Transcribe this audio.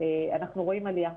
אנחנו רואים עלייה,